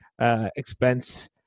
expense